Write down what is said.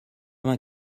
vingt